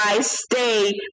stay